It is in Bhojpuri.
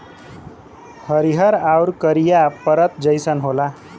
हरिहर आउर करिया परत जइसन होला